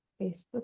Facebook